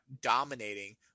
dominating